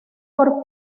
por